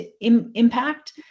impact